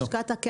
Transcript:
כן פנו?